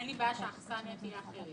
אין לי בעיה שהאכסניה תהיה אחרת.